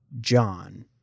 John